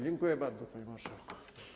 Dziękuję bardzo, panie marszałku.